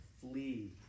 flee